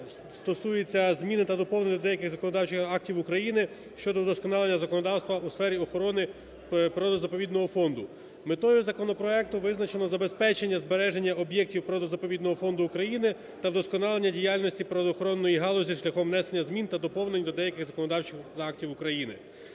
стосується змін та доповнень до деяких законодавчих актів України щодо удосконалення законодавства у сфері охорони природно-заповідного фонду. Метою законопроекту визначено забезпечення збереження об'єктів природно-заповідного фонду України та вдосконалення діяльності природоохоронної галузі шляхом внесення змін та доповнень до деяких законодавчих актів України.